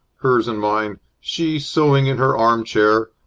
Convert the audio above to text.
hers and mine. she sewing in her arm-chair,